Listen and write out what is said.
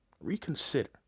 Reconsider